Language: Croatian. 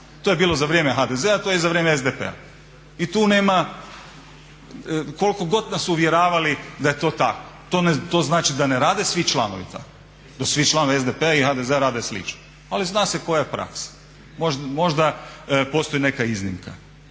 to je bilo za vrijeme HDZ-a to je i za vrijeme SDP-a i tu nema. Koliko god nas uvjeravali da je to tako, to znači da ne rade svi članovi tako, da su svi članovi HDZ-a i SDP-a rade slično, ali zna se koja je praksa. Možda postoji neka iznimka.